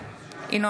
אינו